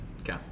Okay